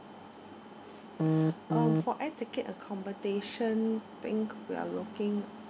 um for air ticket accommodation think we're looking